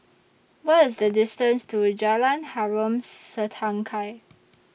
What IS The distance to Jalan Harom Setangkai